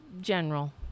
general